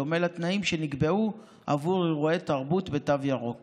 בדומה לתנאים שנקבעו עבור אירועי תרבות ותו ירוק